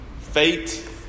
fate